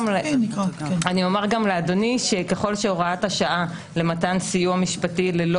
ככל שהוראת השעה למתן סיוע משפטי ללא